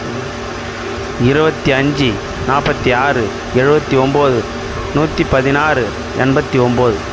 இருபத்தி அஞ்சு நாற்பத்தி ஆறு எழுபத்தி ஒன்போது நூற்றி பதினாறு எண்பத்தி ஒன்போது